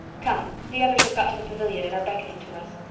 come the others have got to the pavilion and are beckoning to us.